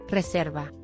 Reserva